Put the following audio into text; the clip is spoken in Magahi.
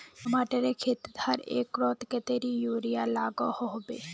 टमाटरेर खेतीत हर एकड़ोत कतेरी यूरिया लागोहो होबे?